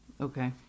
Okay